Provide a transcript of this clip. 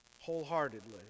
wholeheartedly